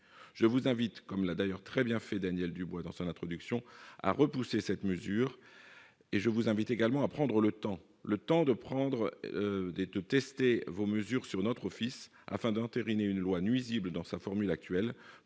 je vous invite, comme l'a d'ailleurs très bien fait, Daniel Dubois dans son introduction à repousser cette mesure et je vous invite également à prendre le temps, le temps de prendre des tops testez vos mesures sur notre fils afin d'entériner une loi nuisible dans sa formule actuelle